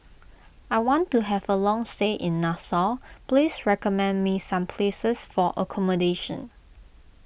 I want to have a long stay in Nassau please recommend me some places for accommodation